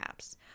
apps